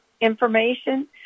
information